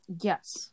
Yes